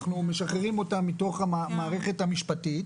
אנחנו משחררים אותם מתוך המערכת המשפטית.